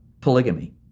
Polygamy